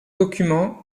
document